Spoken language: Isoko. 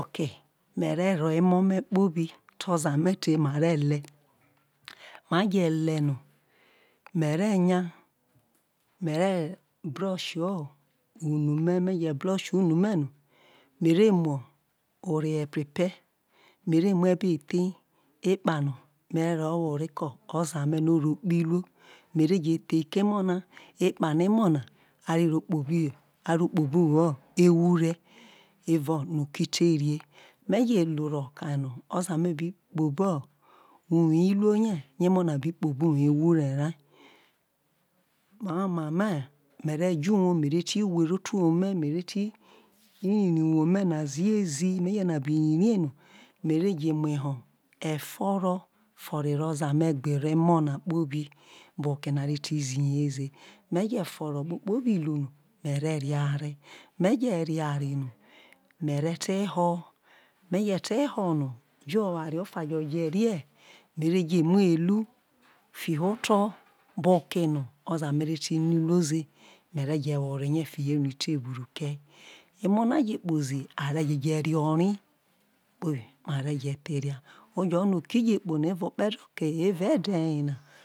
Ketu me re ro emo̱ me kpobi te oza me te ma ve le̱ ma je̱ le̱ no me re nya me re̱ brush unu me me je̱ brush no me re mu ore ho̱ prepare me mu e ore ho̱ ethe ekpano me re ro whore ke oza me̱ no orere kpoho iruo me re je the ke emo na ekpano emo̱ na a re kpoho̱ ore uwo ewhure no oke o ti re mo je ru ro ka no oza me bi kpoho uwo truo rie yo emo̱ na a bi kpobo uwo ewhure ria mia mia re ve ti were otu uwo ma me ve ti riri uwo mie na zizi me ve ti riri uwo mie na zizi me ve je mu eho̱ ho̱ efo̱ rro fo̱ro̱ ero o̱za me gbe ero em̱o̱ na kpobi bo oke no a re ti zize ze meje fori kpobi no me ve̱ rare me̱ je rare no me ve̱ te ho̱ me je te ho̱ no je oware ofa je rie me ve je me ho̱ elu fihoto bo okeno oza me ti no ruo ze mu re je who re rie fi ho oto elu itebu ke emo na je kpozi a re ji je ro̱ ri oje ro̱ no oki je kpono evao oke̱doke yena